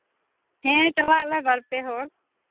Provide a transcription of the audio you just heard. ᱦᱮᱸ ᱪᱟᱞᱟᱜ ᱟᱞᱮ ᱵᱟᱨᱯᱮ ᱦᱚᱲ